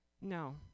No